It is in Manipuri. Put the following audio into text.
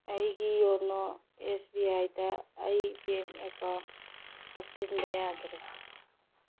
ꯑꯩꯒꯤ ꯌꯣꯅꯣ ꯑꯦꯁ ꯕꯤ ꯑꯥꯏꯗ ꯑꯩ ꯕꯦꯡ ꯑꯦꯀꯥꯎꯟ ꯍꯥꯞꯆꯤꯟꯕ ꯌꯥꯗꯔꯦ